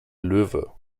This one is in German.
löwe